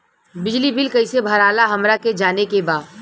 बिजली बिल कईसे भराला हमरा के जाने के बा?